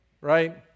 right